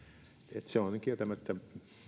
että se on kieltämättä